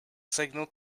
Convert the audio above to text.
signal